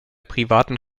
privaten